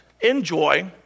enjoy